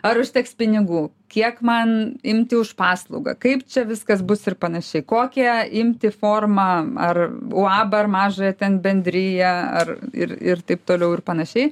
ar užteks pinigų kiek man imti už paslaugą kaip čia viskas bus ir panašiai kokią imti formą ar uabą ar mažąją ten bendriją ar ir ir taip toliau ir panašiai